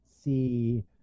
see